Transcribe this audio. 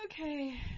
Okay